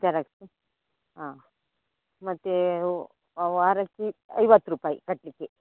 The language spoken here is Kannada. ಜೆರಾಕ್ಸು ಹಾಂ ಮತ್ತು ವಾರಕ್ಕೆ ಐವತ್ತು ರುಪಾಯ್ ಕಟ್ಟಲಿಕ್ಕೆ